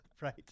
Right